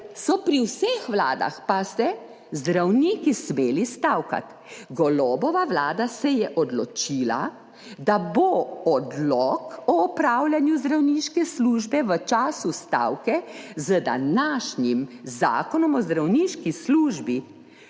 so pri vseh vladah, pazite, zdravniki smeli stavkati. Golobova vlada se je odločila, da bo odlok o opravljanju zdravniške službe v času stavke z današnjim zakonom o zdravniški službi